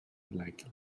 like